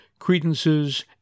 credences